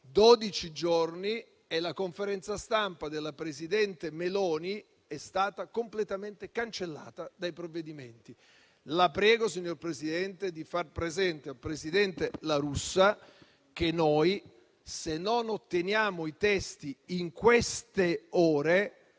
giorni e la conferenza stampa della presidente Meloni è stata completamente cancellata dai provvedimenti. La prego, signor Presidente, di far presente al presidente La Russa che se non otteniamo i testi in queste ore,